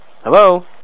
Hello